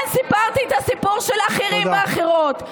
כן סיפרתי את הסיפורים של האחרים והאחרות.